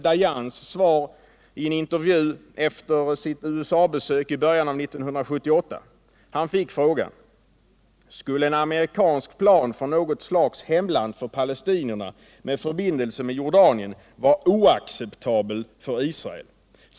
Dayans svar i en intervju efter sitt USA-besök i början av 1978. Han fick frågan: Skulle en amerikansk plan för något slags hemland för palestinierna med förbindelse med Jordanien vara oacceptabelt för Israel?